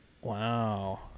Wow